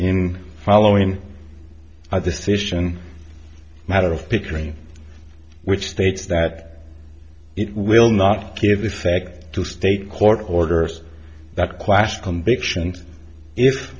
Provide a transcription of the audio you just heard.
in following i decision matter of pickering which states that it will not give effect to state court order that clash conviction